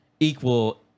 equal